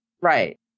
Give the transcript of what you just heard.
Right